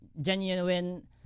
genuine